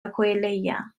aquileia